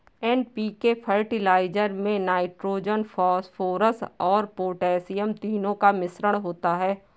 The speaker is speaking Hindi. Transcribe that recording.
एन.पी.के फर्टिलाइजर में नाइट्रोजन, फॉस्फोरस और पौटेशियम तीनों का मिश्रण होता है